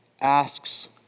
asks